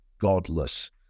godless